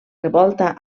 revolta